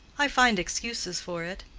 i find excuses for it.